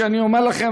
שאני אומר לכם,